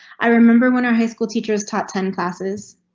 i remember when our high school teachers taught ten classes.